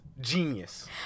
Genius